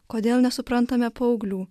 kodėl nesuprantame paauglių